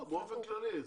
באופן כללי.